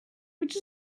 which